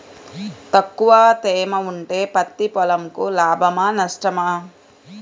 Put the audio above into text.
తక్కువ తేమ ఉంటే పత్తి పొలంకు లాభమా? నష్టమా?